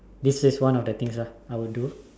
this is one of the things I would do